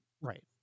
right